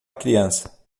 criança